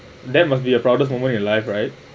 that must be a proudest moments in your life right